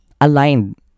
aligned